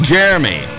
Jeremy